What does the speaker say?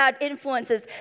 influences